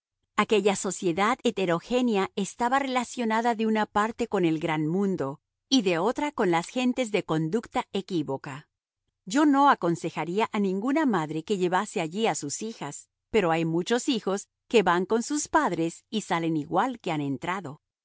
aquella sociedad heterogénea estaba relacionada de una parte con el gran mundo y de otra con las gentes de conducta equívoca yo no aconsejaría a ninguna madre que llevase allí a sus hijas pero hay muchos hijos que van con sus padres y salen igual que han entrado